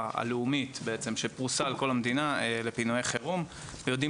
הלאומית שפרוסה בכל המדינה לפינויי חירום ויודעים